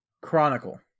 Chronicle